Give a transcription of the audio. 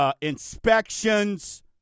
inspections